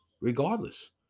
regardless